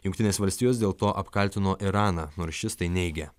jungtinės valstijos dėl to apkaltino iraną nors šis tai neigia